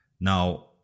now